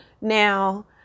Now